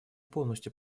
полностью